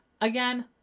again